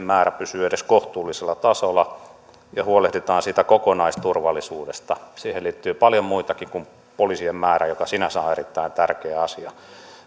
määrä pysyy edes kohtuullisella tasolla ja huolehditaan siitä kokonaisturvallisuudesta siihen liittyy paljon muutakin kuin poliisien määrä joka sinänsä on erittäin tärkeä asia